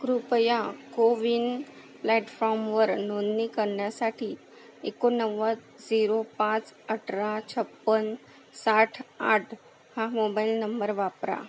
कृपया कोविन प्लॅटफॉर्मवर नोंदणी करण्यासाठी एकोणनव्वद झिरो पाच अठरा छप्पन साठ आठ हा मोबाइल नंबर वापरा